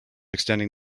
extending